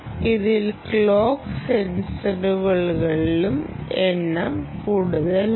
ഇതിൽ ക്ലോക്ക് സൈക്കിളുകളുടെ എണ്ണം കൂടുതലാണ്